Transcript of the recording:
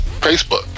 Facebook